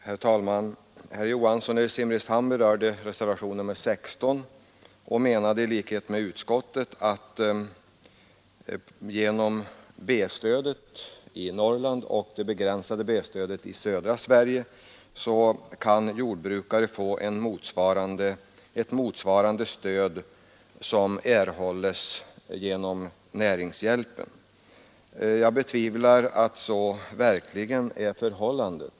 Herr talman! Herr Johansson i Simrishamn berörde reservationen 16 och menade i likhet med utskottet att genom B-stödet i Norrland och det begränsade B-stödet i södra Sverige kan jordbrukare få ett motsvarande stöd som det som erhålles genom näringshjälp. Jag betvivlar att så verkligen är förhållandet.